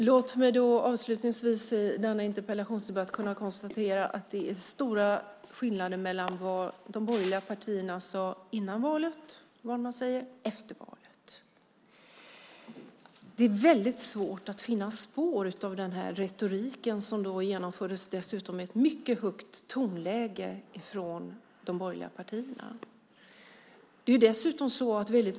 Herr talman! Låt mig avslutningsvis konstatera att det är stor skillnad mellan vad de borgerliga partierna sade före valet och vad de säger efter valet. Det är väldigt svårt att finna spår av den retorik som då fördes i högt tonläge från de borgerliga partierna.